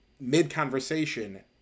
mid-conversation